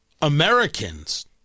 Americans